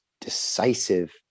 decisive